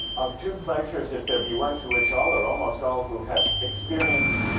of two pleasures, if there be one to which all are almost all who have experience